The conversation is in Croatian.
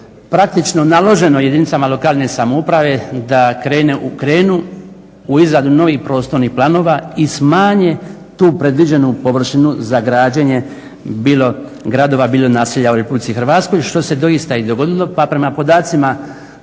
praktično naloženo jedinicama lokalne samouprave da krenu u izradu novih prostornih planova i smanje tu predviđenu površinu za građenje bilo gradova bilo naselja u Republici Hrvatskoj, što se doista i dogodilo. Pa prema podacima